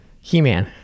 He-Man